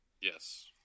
Yes